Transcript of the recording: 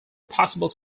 possible